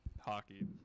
hockey